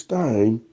time